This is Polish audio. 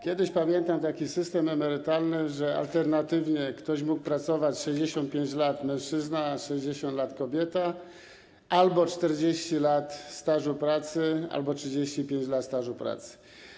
Kiedyś, pamiętam, był taki system emerytalny, że alternatywnie można było pracować: 65 lat - mężczyzna, 60 lat - kobieta, albo 40 lat stażu pracy lub 35 lat stażu pracy.